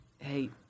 hey